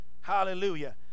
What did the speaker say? Hallelujah